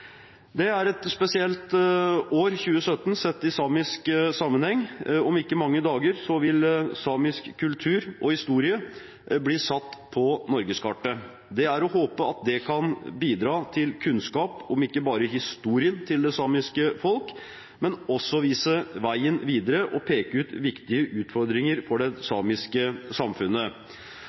er et spesielt år sett i samisk sammenheng. Om ikke mange dager vil samisk kultur og historie bli satt på norgeskartet. Det er å håpe at det kan bidra ikke bare til kunnskap om historien til det samiske folk, men også til å vise veien videre og peke ut viktige utfordringer for det samiske samfunnet.